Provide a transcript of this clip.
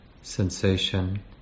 sensation